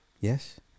Yes